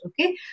Okay